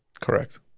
Correct